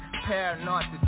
Paranoid